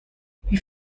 wie